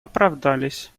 оправдались